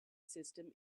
system